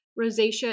rosacea